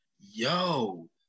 Yo